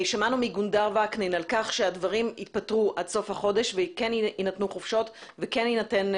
שמענו מגונדר וקנין שהדברים ייפתרו עד סוף החודש ויינתנו חופשות ויציאה.